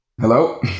hello